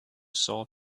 saw